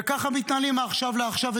וככה מתנהלים מעכשיו לעכשיו.